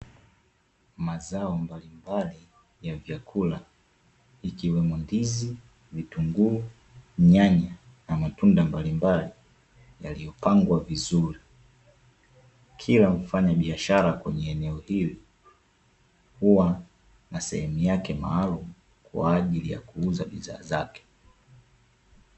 Mazao mbalimbali ya vyakula ikiwemo ndizi, vitunguu, nyanya, na matunda mbalimbali yaliyopangwa vizuri, kila mfanyabiashara kwenye eneo hili huwa na sehemu yake maalumu kwaajili ya kuuza bidhaa zake.